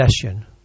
possession